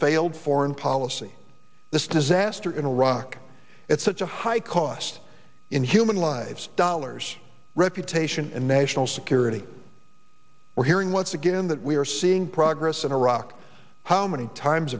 failed foreign policy this disaster in iraq at such a high cost in human lives dollars reputation and national security we're hearing once again that we are seeing progress in iraq how many times